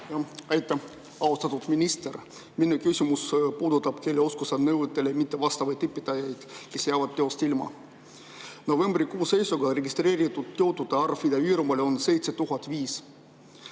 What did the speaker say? Aitäh! Austatud minister! Minu küsimus puudutab keeleoskuse nõuetele mittevastavaid õpetajaid, kes jäävad tööst ilma. Novembrikuu seisuga on registreeritud töötute arv Ida-Virumaal 7005.